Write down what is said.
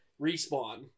respawn